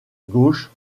gauche